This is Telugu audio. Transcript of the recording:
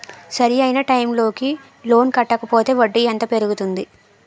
సరి అయినా టైం కి లోన్ కట్టకపోతే వడ్డీ ఎంత పెరుగుతుంది?